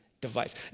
Device